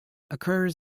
occurs